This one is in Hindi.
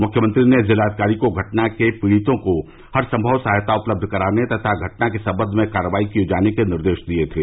मुख्यमंत्री ने जिलाधिकारी को घटना के पीड़ितों को हर सम्मव सहायता उपलब्ध कराने तथा घटना के सम्मन्ध में कार्रवाई किए जाने के निर्देश दिए गए थे